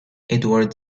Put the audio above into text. edward